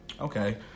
Okay